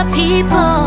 people